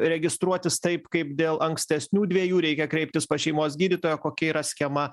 registruotis taip kaip dėl ankstesnių dviejų reikia kreiptis pas šeimos gydytoją kokia yra schema